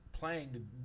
playing